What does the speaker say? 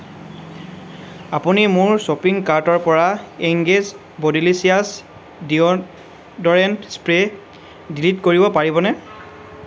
আপুনি মোৰ শ্বপিং কাৰ্টৰ পৰা Engage Bodylicious deodorant spray delete কৰিব পাৰিবনে